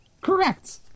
Correct